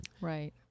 Right